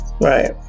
Right